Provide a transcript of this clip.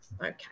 Okay